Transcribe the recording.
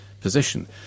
position